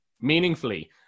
meaningfully